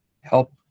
help